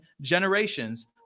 generations